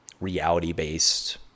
reality-based